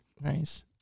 Nice